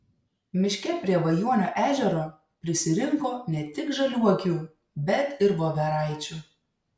miške prie vajuonio ežero prisirinko ne tik žaliuokių bet ir voveraičių